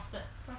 frosted